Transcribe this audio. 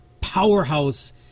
powerhouse